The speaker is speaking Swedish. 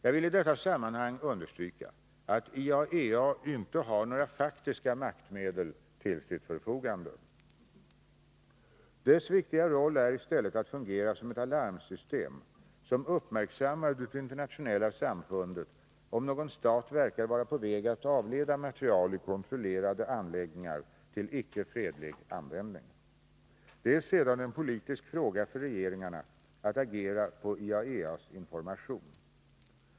Jag vill i sammanhanget understryka att IAEA inte har några faktiska maktmedel till sitt förfogande. Dess viktiga roll är i stället att fungera som ett alarmsystem som gör det internationella samfundet uppmärksamt på om någon stat verkar vara på väg att avleda material i kontrollerade anläggningar till icke-fredlig användning. Det är sedan en politisk fråga för regeringarna att agera på IAEA:s information.